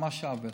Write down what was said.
ממש עוול.